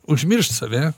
užmiršt save